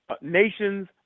nations